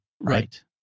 right